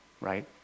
right